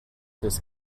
this